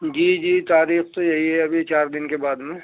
جی جی تاریخ تو یہی ہے ابھی چار دن کے بعد میں